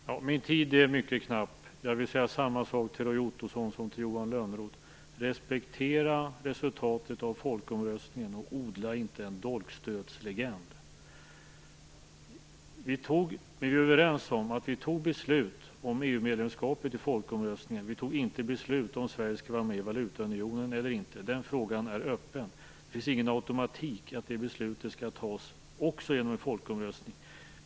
Herr talman! Min taletid är mycket knapp. Jag vill säga samma sak till Roy Ottosson som till Johan Lönnroth: Respektera resultatet av folkomröstningen och odla inte någon dolkstötslegend! Vi är ju överens om att vi fattade beslut om EU medlemskapet i folkomröstningen. Vi fattade däremot inte beslut i frågan, om Sverige skulle vara med i valutaunionen eller inte. Den frågan är öppen. Det finns inte någon automatik som säger att även det beslutet skall fattas genom en folkomröstning.